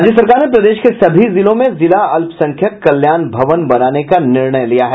राज्य सरकार ने प्रदेश के सभी जिलों में जिला अल्पसंख्यक कल्याण भवन बनाने का निर्णय लिया है